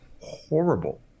horrible